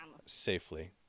safely